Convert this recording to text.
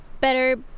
better